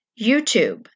YouTube